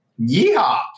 Yeehaw